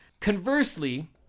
Conversely